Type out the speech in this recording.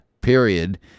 period